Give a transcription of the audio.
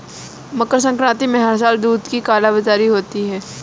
मकर संक्रांति में हर साल दूध की कालाबाजारी होती है